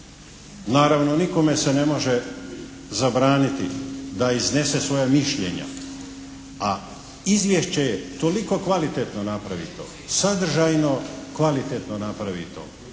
naravno nikome se ne može zabraniti da iznese svoja mišljenja. A Izvješće je toliko kvalitetno napravito, sadržajno kvalitetno napravito,